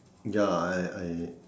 ya I I